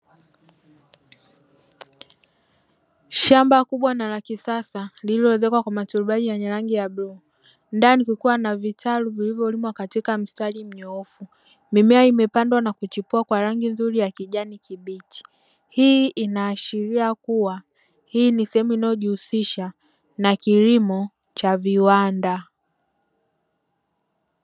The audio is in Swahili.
Shamba kubwa na la kisasa lililoezekwa kwa maturubai yenye rangi ya bluu, ndani kukiwa na vitalu vilivyolimwa katika mstari mnyoofu mimea imepandwa na kuchipua kwa rangi nzuri ya kijani kibichi. Hii inaashiria kuwa hii ni sehemu inayojihusisha na kilimo cha viwanda.